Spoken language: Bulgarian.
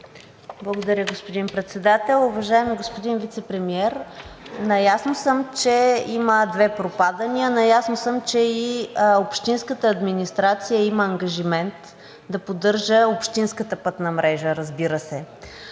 Благодаря, господин Председател. Уважаеми господин Вицепремиер, наясно съм, че има две пропадания, наясно съм, че и общинската администрация има ангажимент да поддържа общинската пътна мрежа, разбира се,